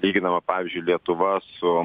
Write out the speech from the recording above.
lyginama pavyzdžiui lietuva su